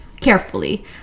carefully